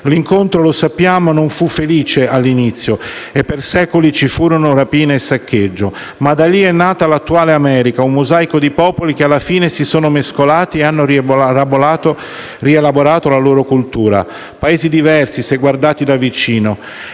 L'incontro - lo sappiamo - non fu felice all'inizio e per secoli ci furono rapine e saccheggi, ma da lì è nata l'attuale America, un mosaico di popoli che, alla fine, si sono mescolati e hanno rielaborato la loro cultura. Si tratta di Paesi diversi, se guardarti da vicino.